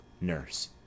Nurse